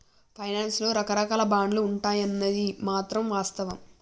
finance లో రకరాకాల బాండ్లు ఉంటాయన్నది మాత్రం వాస్తవం